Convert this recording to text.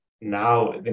now